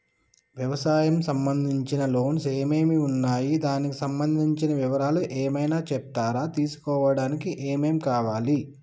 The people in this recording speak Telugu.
వ్యవసాయం సంబంధించిన లోన్స్ ఏమేమి ఉన్నాయి దానికి సంబంధించిన వివరాలు ఏమైనా చెప్తారా తీసుకోవడానికి ఏమేం కావాలి?